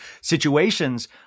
situations